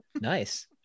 Nice